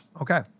Okay